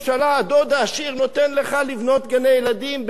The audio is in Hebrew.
הדוד העשיר נותן לך לבנות גני-ילדים במקומות